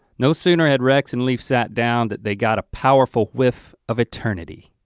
no sooner had rex and leaf sat down that they got a powerful whiff of eternity.